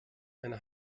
eine